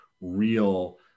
real